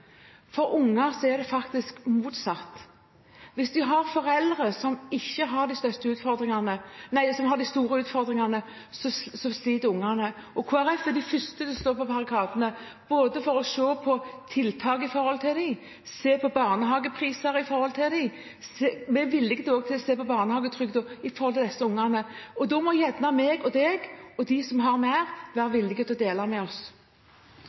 For unger er det faktisk motsatt. Hvis de har foreldre som har store utfordringer, sliter ungene. Kristelig Folkeparti er de første som står på barrikadene for å se på tiltak for dem og for å se på barnehagepriser når det gjelder dem. Vi er villige til også å se på barnehagetrygden med tanke på disse ungene. Da må gjerne du og jeg og de som har mer, være villige til